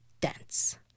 dense